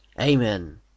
Amen